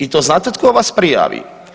I to znate tko vas prijavi?